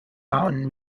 mountain